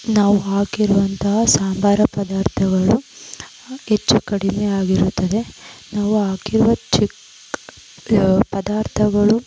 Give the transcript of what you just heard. ನಾವು ಹಾಕಿರುವಂತಹ ಸಾಂಬಾರು ಪದಾರ್ಥಗಳು ಹೆಚ್ಚು ಕಡಿಮೆ ಆಗಿರುತ್ತದೆ ನಾವು ಹಾಕಿರುವ ಪದಾರ್ಥಗಳು